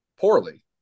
poorly